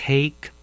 Take